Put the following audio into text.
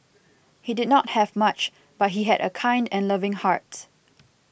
he did not have much but he had a kind and loving heart